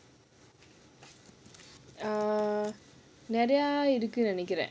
err நிறைய இருக்குனு நினைக்கிறேன்:niraiya irukkunu ninaikkiraen